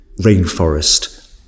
rainforest